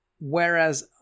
whereas